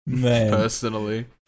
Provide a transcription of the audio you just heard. personally